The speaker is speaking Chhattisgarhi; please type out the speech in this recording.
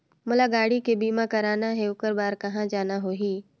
मोला गाड़ी के बीमा कराना हे ओकर बार कहा जाना होही?